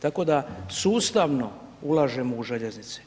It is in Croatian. Tako da sustavno ulažemo u željeznice.